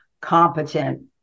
competent